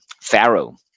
Pharaoh